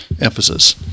emphasis